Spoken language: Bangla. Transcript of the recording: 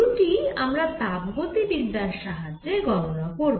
দুটিই আমরা তাপগতিবিদ্যার সাহায্যে গণনা করব